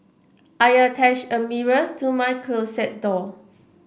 I attached a mirror to my closet door